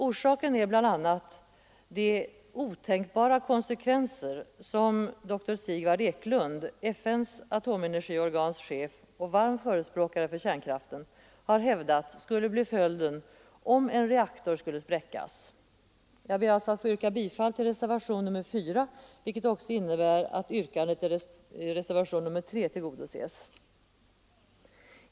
Orsaken är bl.a. de ”otänkbara konsekvenser” som Sigvard Eklund, FN:s atomenergiorgans chef och varm förespråkare för kärnkraften, har hävdat skulle bli följden, om en reaktor skulle spräckas. Jag ber alltså att få yrka bifall till reservationen 4, vilket också innebär att yrkandet i reservationen 3 tillgodoses.